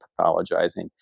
pathologizing